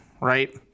right